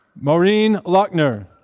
maureen lackner.